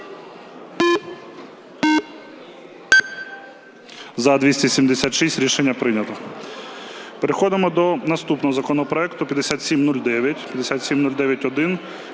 За-276 Рішення прийнято. Переходимо до наступного законопроекту 5709,